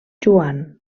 joan